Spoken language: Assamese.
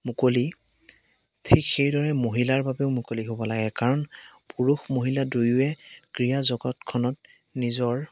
মুকলি ঠিক সেইদৰে মহিলাৰ বাবেও মুকলি হ'ব লাগে কাৰণ পুৰুষ মহিলা দুয়োৱে ক্ৰীড়া জগতখনত নিজৰ